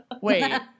wait